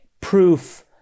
proof